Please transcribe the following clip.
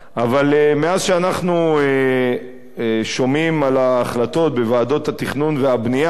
מאז אנחנו שומעים על ההחלטות בוועדות התכנון והבנייה,